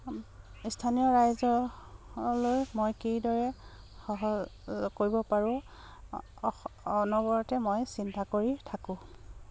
স্থানীয় ৰাইজলৈ মই কিদৰে কৰিব পাৰোঁ অনবৰতে মই চিন্তা কৰি থাকোঁ